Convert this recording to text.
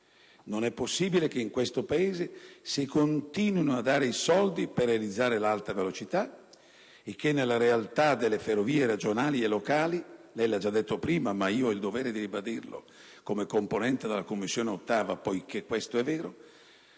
Non è possibile che in questo Paese si continuino a dare i soldi per realizzare l'alta velocità e che nella realtà delle ferrovie regionali e locali - lei lo ha già detto prima, ma ho il dovere di ribadirlo come componente della 8a Commissione, perché è vero